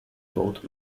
both